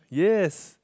yes